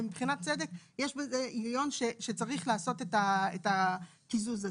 ומבחינת צדק יש היגיון שצריך לעשות את הקיזוז הזה,